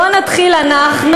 בואו נתחיל אנחנו,